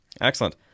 Excellent